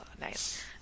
Nice